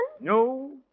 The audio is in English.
No